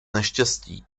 neštěstí